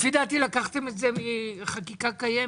לפי דעתי לקחתם את זה מחקיקה קיימת.